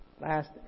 last